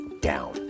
down